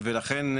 ולכן,